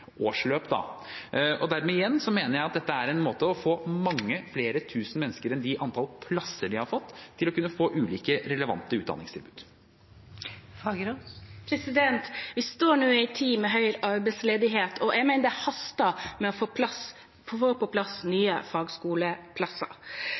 Dermed mener jeg igjen dette er en måte man kan få mange flere tusen mennesker enn de antall plasser de har fått, til å kunne få ulike relevante utdanningstilbud. Vi står nå i en tid med høy arbeidsledighet, og jeg mener det haster med å få på plass